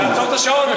לעצור את השעון.